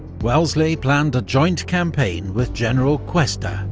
wellesley planned a joint campaign with general cuesta,